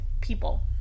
people